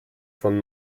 von